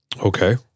okay